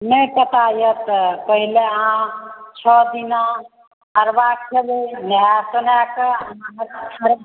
नहि पता यऽ तऽ पहिले अहाँ छओ दिना अरवा कहबै नहा सोना कऽ अरवा